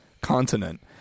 continent